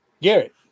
Garrett